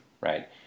right